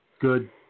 Good